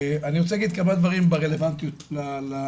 אני רוצה להגיד כמה דברים ברלוונטיות לוועדה.